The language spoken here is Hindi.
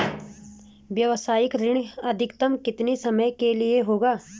व्यावसायिक ऋण अधिकतम कितने समय के लिए होगा?